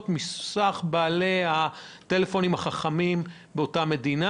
מסך בעלי הטלפונים החכמים באותה מדינה.